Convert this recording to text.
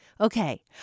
Okay